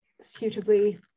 suitably